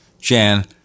Jan